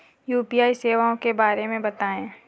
UPI सेवाओं के बारे में बताएँ?